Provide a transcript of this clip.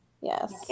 Yes